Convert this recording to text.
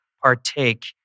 partake